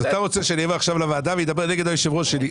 אז אתה רוצה שאני אבוא עכשיו לוועדה ואני אדבר נגד היושב ראש שלי?